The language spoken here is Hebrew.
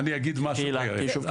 קהילה ביישוב כזה.